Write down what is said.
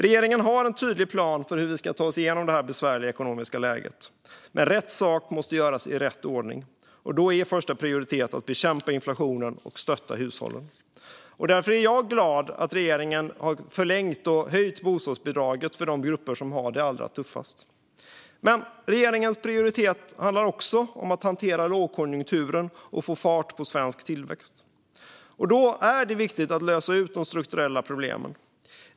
Regeringen har en tydlig plan för hur vi ska ta oss igenom det besvärliga ekonomiska läget, men rätt sak måste göras i rätt ordning. Då är första prioritet att bekämpa inflationen och stötta hushållen. Därför är jag glad att regeringen har förlängt och höjt bostadsbidraget för de grupper som har det allra tuffast. Regeringens prioritet handlar också om att hantera lågkonjunkturen och få fart på svensk tillväxt. Då är det viktigt att lösa de strukturella problemen.